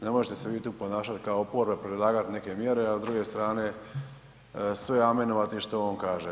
Ne možete se vi tu ponašati kao oporba, predlagati neke mjere, a s druge strane sve amenovati što on kaže.